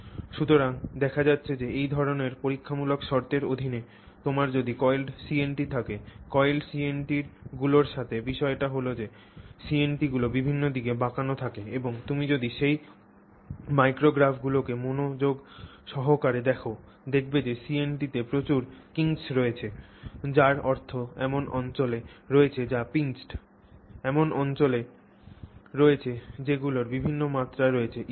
সুতরাং দেখা যাচ্ছে যে এই ধরণের পরীক্ষামূলক শর্তের অধীনে তোমার যদি coiled CNT থাকে coiled CNT গুলির সাথে বিষয়টি হল যে CNTগুলি বিভিন্ন দিকে বাঁকানো থাকে এবং তুমি যদি সেই মাইক্রোগ্রাফগুলিকে মনোযোগ সহকারে দেখ দেখবে CNT তে প্রচুর কিঙ্কস রয়েছে যার অর্থ এমন অঞ্চল রয়েছে যা pinched এমন অঞ্চল রয়েছে যেগুলির বিভিন্ন মাত্রা রয়েছে ইত্যাদি